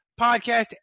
podcast